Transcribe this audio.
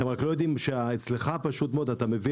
הם רק לא יודעים שאצלך פשוט מאוד אתה מביא